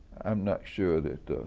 i'm not sure that,